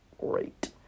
great